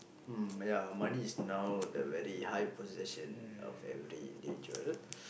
mm ya money is now the very high possession of every nature